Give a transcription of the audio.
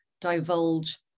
divulge